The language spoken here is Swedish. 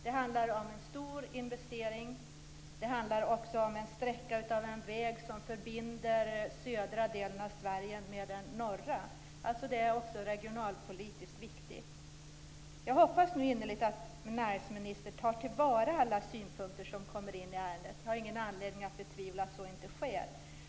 Det handlar om en stor investering. Det handlar också om en sträcka av en väg som förbinder södra delen av Sverige med den norra delen. Alltså är den också regionalpolitiskt viktig. Jag hoppas innerligt att näringsministern tar till vara alla synpunkter som kommer in i ärendet. Jag har ingen anledning att betvivla det.